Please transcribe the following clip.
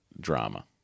drama